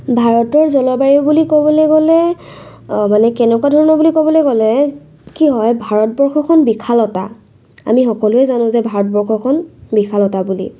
ভাৰতৰ জলবায়ু বুলি ক'বলৈ গ'লে মানে কেনেকুৱা ধৰণৰ বুলি ক'বলৈ গ'লে কি হয় ভাৰতবৰ্ষখন বিশালতা আমি সকলোৱে জানো যে ভাৰতবৰ্ষখন বিশালতা বুলি